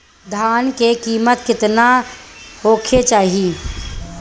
धान के किमत केतना होखे चाही?